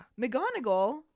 McGonagall